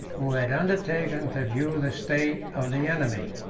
who had undertaken to view the state of the enemy.